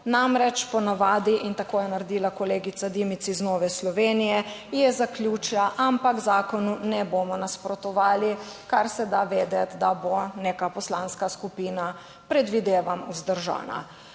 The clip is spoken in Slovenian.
Namreč, ponavadi in tako je naredila kolegica Dimic iz Nove Slovenije je zaključila, ampak zakonu ne bomo nasprotovali, kar se da vedeti, da bo neka poslanska skupina, predvidevam vzdržana.